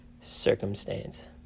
circumstance